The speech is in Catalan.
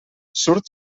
surt